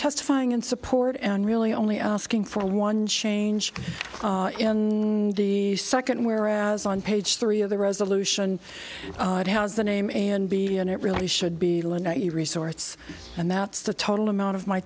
testifying in support and really only asking for one change and the second whereas on page three of the resolution has the name and be on it really should be resorts and that's the total amount of my